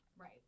Right